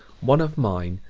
one of mine,